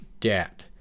debt